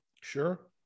Sure